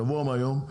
שבוע מהיום,